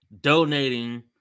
donating